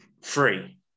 free